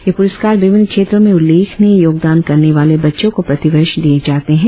ये प्रस्कार विभिन्न क्षेत्रों में उल्लेखनीय योगदान करने वाले बच्चों को प्रतिवर्ष दिये जाते हैं